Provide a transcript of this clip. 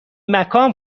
مکان